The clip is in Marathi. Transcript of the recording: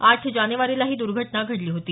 आठ जानेवारीला ही दुर्घटना घडली होती